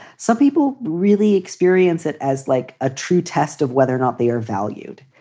some people really experience it as like a true test of whether or not they are valued.